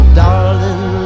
darling